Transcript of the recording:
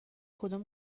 کدام